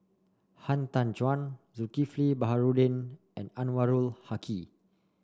Han Tan Juan Zulkifli Baharudin and Anwarul Haque